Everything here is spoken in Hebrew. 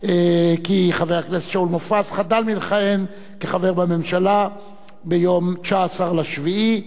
כי חבר הכנסת שאול מופז חדל מלכהן כחבר בממשלה ביום 19 ביולי,